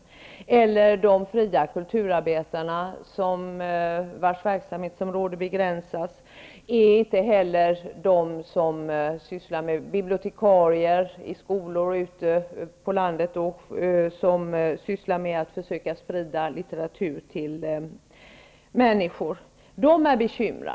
De fria kulturarbetarna, vars verksamhetsområde begränsas, är också bekymrade, likaså bibliotekarier i skolor och ute på landet som sysslar med att försöka sprida litteratur till människor.